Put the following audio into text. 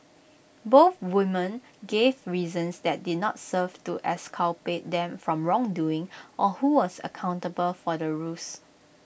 both women gave reasons that did not serve to exculpate them from wrongdoing or who was accountable for the ruse